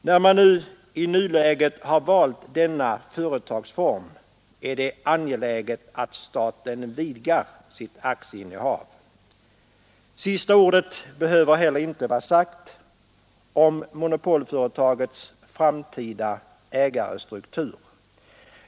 När man i nuläget har valt denna företagsform är det angeläget att staten vidgar sitt aktieinnehav. Sista ordet behöver heller inte vara sagt om monopolföretagets ägarstruktur.